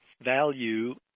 value